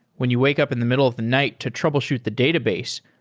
when you wake up in the middle of the night to troubleshoot the database,